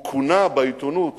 הוא כונה בעיתונות